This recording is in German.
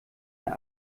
der